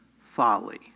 folly